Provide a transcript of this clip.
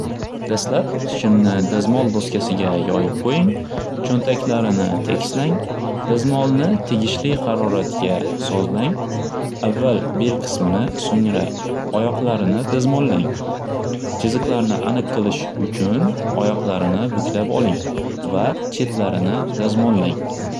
Dastlab shimni dazmol do'skasiga yoyib qo'ying cho'ntaklarini tekislang dazmolni tegishli xaroratga sozlang avval bel qismini so'ngra oyoqlarini dazmollang chiziqlarni aniq qilish uchun oyoqlarini buklab oling va chetlarini dazmollang.